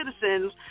citizens